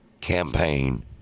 campaign